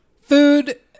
food